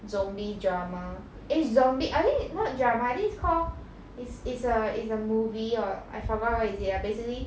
zombie drama eh zombie I think not drama I think it's call it's it's a it's a movie or I forgot what is it ah basically